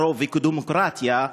כרוב וכדמוקרטיה,